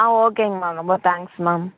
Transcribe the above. ஆ ஓகேங்க மேம் ரொம்ப thanks ma'am